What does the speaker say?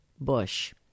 bush